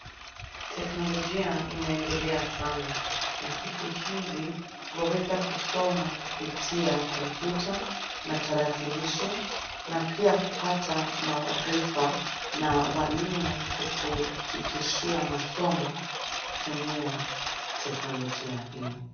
Teknolojia imeendelea sana na siku hizi waweza kusoma kupitia kompyuta na tarakilishi na pia kupata maarifa na walimu kukufikishia masomo kutumia teknolojia hii.